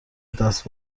دست